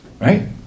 right